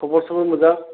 खबर सबर मोजां